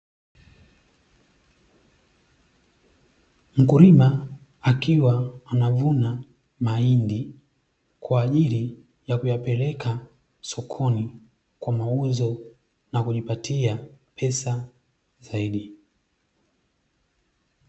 Mkulima akiwa anavuna mahindi, kwa ajili ya kuyapeleka sokoni kwa mauzo na kujipatia pesa zaidi.